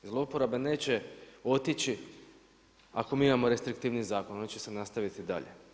Zlouporabe neće otići ako mi imamo restriktivni zakon one će se nastaviti dalje.